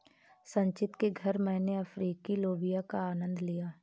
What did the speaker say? संचित के घर मैने अफ्रीकी लोबिया का आनंद लिया